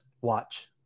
watch